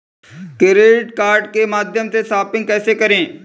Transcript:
Credit card के माध्यम से शॉपिंग कैसे करें?